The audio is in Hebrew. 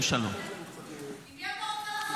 שלום -- עם מי אתה רוצה לעשות הסכם שלום?